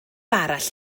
arall